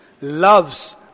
loves